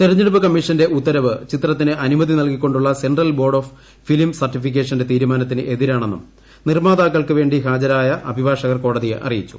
തിരഞ്ഞെടുപ്പ് കമ്മീഷന്റെ ഉത്തരവ് ചിത്രത്തിന് അനുമതി നൽകിക്കൊണ്ടുള്ള സെൻട്രൽ ബ് സർട്ടിഫിക്കേഷന്റെ തീരുമാന്മത്തിന്റ് എതിരാണെന്നും നിർമാതാക്കൾക്ക് വേണ്ടി ഹാജ്രായ് ്അഭിഭാഷകർ കോടതിയെ അറിയിച്ചു